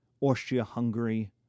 Austria-Hungary